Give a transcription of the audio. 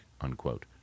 unquote